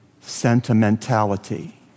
sentimentality